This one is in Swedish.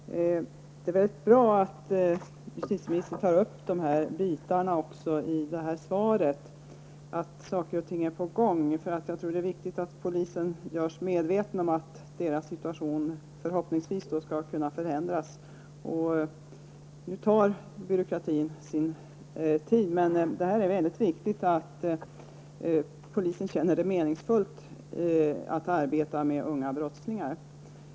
Herr talman! Det är mycket bra att justitieministern i svaret också tar upp att saker och ting är på gång. Jag tror det är viktigt att polisen görs medveten om att deras situation förhoppningsvis skall kunna förändras. Nu tar byråkratin sin tid, men det är mycket viktigt att polisen känner det meningsfullt att arbeta med unga brottslingar.